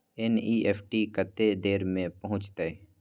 NEFT कत्ते देर में पहुंचतै?